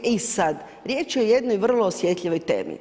E sad, riječ je o jednoj vrlo osjetljivoj temi.